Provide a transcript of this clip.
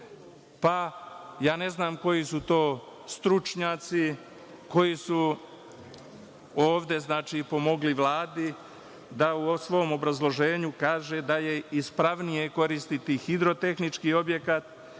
Pa, ja ne znam koji su to stručnjaci koji su ovde pomogli Vladi da u svom obrazloženju kaže da je ispravnije koristiti „hidrotehnički objekat“,